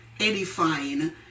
edifying